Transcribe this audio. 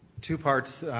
two parts,